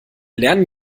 lernen